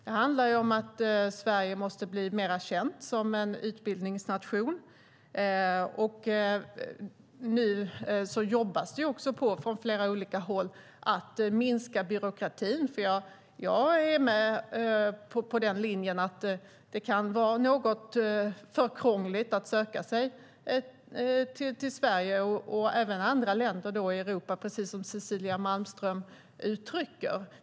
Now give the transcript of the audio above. Det handlar om att Sverige måste bli mer känt som en utbildningsnation. Nu jobbas det också från flera olika håll på att minska byråkratin. Jag är med på linjen att det kan vara något för krångligt att söka sig till Sverige och även till andra länder i Europa, precis som Cecilia Malmström uttrycker.